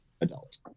adult